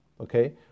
okay